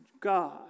God